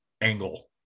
angle